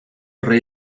rey